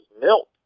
milk